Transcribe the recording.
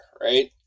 right